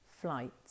flight